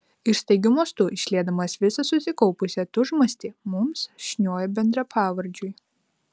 ir staigiu mostu išliedamas visą susikaupusią tūžmastį mums šniojo bendrapavardžiui